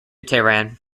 tehran